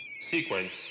sequence